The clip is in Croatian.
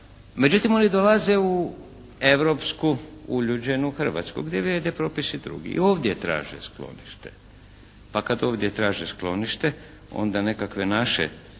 Međutim, oni dolaze u europsku, uljuđenu Hrvatsku gdje vrijede propisi drugi. I ovdje traže sklonište. Pa kad ovdje traže sklonište, onda nekakve naše